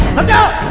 and